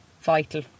vital